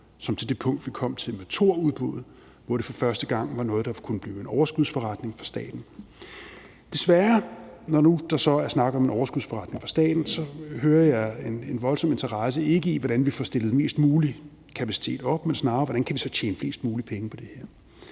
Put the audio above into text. som til det punkt, vi kom til med udbuddet af Thor, hvor det første gang var noget, der kunne blive en overskudsforretning for staten. Desværre, når nu der så er snak om en overskudsforretning for staten, hører jeg en voldsom interesse, ikke for hvordan vi får stillet mest mulig kapacitet op, men snarere hvordan vi kan tjene flest mulige penge på det her.